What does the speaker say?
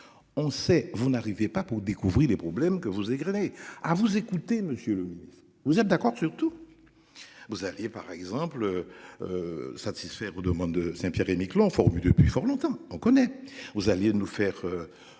On sait vous n'arrivez pas pour découvrir les problèmes que vous. À vous écouter monsieur le Ministre, vous êtes d'accord sur tout. Vous aviez par exemple. Satisfaire aux demandes de Saint-Pierre-et-Miquelon. Depuis fort longtemps, on connaît aux alliés de nous faire.